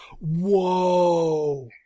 whoa